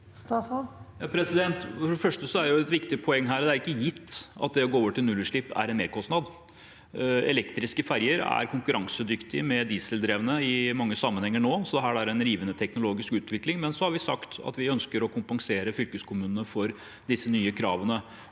For det første er et viktig poeng her at det ikke er gitt at det å gå over til nullutslippsløsninger medfører en merkostnad. Elektriske ferjer er konkurransedyktige med dieseldrevne i mange sammenhenger nå, så her er det en rivende teknologisk utvikling. Vi har sagt at vi ønsker å kompensere fylkeskommunene for disse nye kravene.